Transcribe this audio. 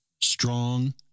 strong